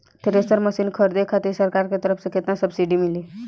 Thresher machine खरीदे खातिर सरकार के तरफ से केतना सब्सीडी मिली?